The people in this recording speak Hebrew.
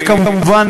וכמובן,